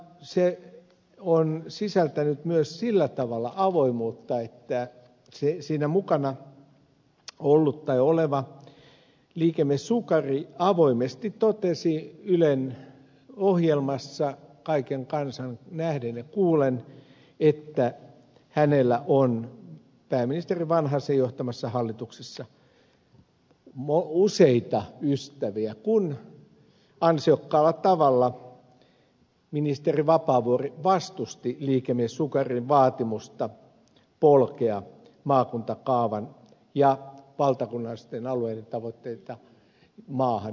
se on sisältänyt myös sillä tavalla avoimuutta että siinä mukana ollut tai oleva liikemies sukari avoimesti totesi ylen ohjelmassa kaiken kansan nähden ja kuullen että hänellä on pääministeri vanhasen johtamassa hallituksessa useita ystäviä kun ansiokkaalla tavalla ministeri vapaavuori vastusti liikemies sukarin vaatimusta polkea maakuntakaavan ja valtakunnallisten alueiden tavoitteita maahan ja jalkoihin